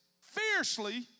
fiercely